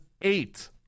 eight